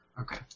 Okay